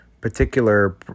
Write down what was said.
particular